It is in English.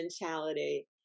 mentality